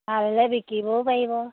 ভাল হ'লে বিকিবও পাৰিব